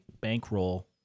bankroll